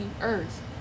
earth